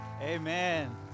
Amen